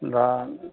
होमब्ला